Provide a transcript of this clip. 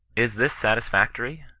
is this satisfactory?